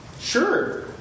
sure